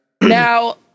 Now